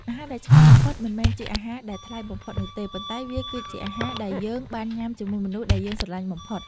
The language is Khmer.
អាហារដែលឆ្ងាញ់បំផុតមិនមែនជាអាហារដែលថ្លៃបំផុតនោះទេ ប៉ុន្តែវាគឺជាអាហារដែលយើងបានញ៉ាំជាមួយមនុស្សដែលយើងស្រលាញ់បំផុត។